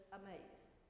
amazed